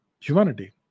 humanity